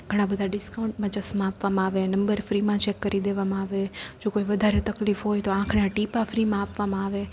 ઘણા બધા ડિસ્કાઉન્ટમાં ચશ્મા આપવામાં આવે નંબર ફ્રીમાં ચેક કરી દેવામાં આવે જો કોઈ વધારે તકલીફ હોય તો આંખના ટીપાં ફ્રીમાં આપવામાં આવે